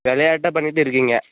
விளையாட்டா பண்ணிகிட்டு இருக்கீங்க